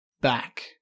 back